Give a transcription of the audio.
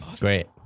Great